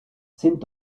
sind